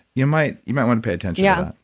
you might you might want to pay attention yeah